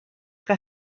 que